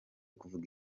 kuvuga